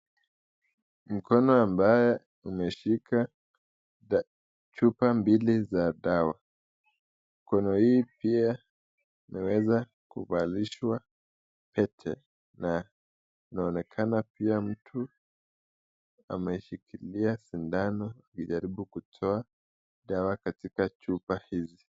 Mkono ambayo imeshika chupa mbili za dawa. Mkono hii pia imeweza kuvalishwa pete na inaonekana huyo mtu ameshikilia sindano kujaribu kutoa dawa katika chupa hizi.